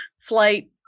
flight